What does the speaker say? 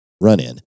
run-in